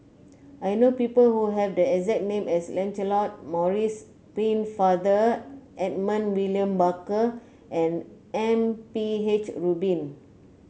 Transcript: I know people who have the exact name as Lancelot Maurice Pennefather Edmund William Barker and M P H Rubin